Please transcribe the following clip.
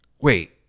wait